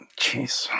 Jeez